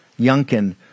Youngkin